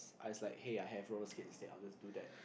I was like hey I have roller skates instead I would just do that